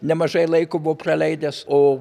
nemažai laiko buvo praleidęs o